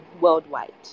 worldwide